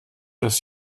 das